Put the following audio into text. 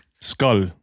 Skull